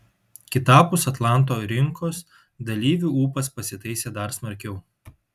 kitapus atlanto rinkos dalyvių ūpas pasitaisė dar smarkiau